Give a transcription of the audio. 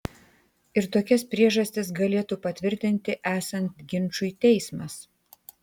ir tokias priežastis galėtų patvirtinti esant ginčui teismas